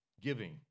giving